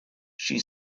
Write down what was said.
she